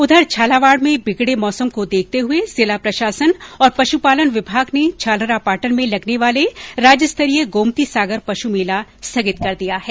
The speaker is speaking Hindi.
उधर झालावाड़ में बिगड़े मौसम को देखते हुए जिला प्रशासन और पशुपालन विभाग ने झालारापाटन में लगने वाले राज्यस्तरीय गोमती सागर पशु मेला स्थगित कर दिया है